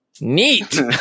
neat